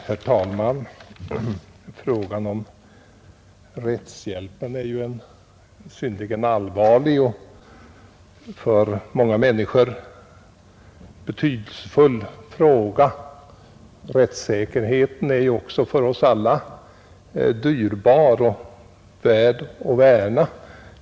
Herr talman! Frågan om rättshjälpen är ju en synnerligen allvarlig och för många människor betydelsefull fråga. Rättssäkerheten är också för oss alla dyrbar och värd att värna.